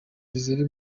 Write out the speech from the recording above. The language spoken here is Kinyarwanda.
ziri